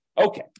Okay